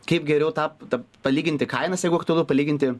kaip geriau tą ta palyginti kainas jeigu aktualu palyginti